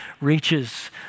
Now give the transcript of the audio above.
reaches